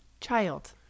Child